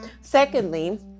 secondly